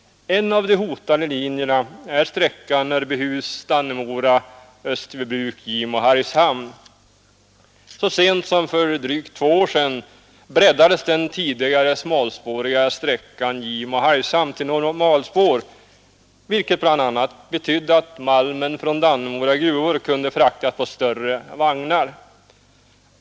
En av de hotade linjerna är sträckan Örbyhus—Dannemora—Österbybruk—Gimo-—Hargshamn. Så sent som för drygt två år sedan breddades den tidigare smalspåriga sträckan Gimo-Hargshamn till normalspår, vilket bl.a. betydde att malmen från Dannemora gruvor kunde fraktas på större vagnar.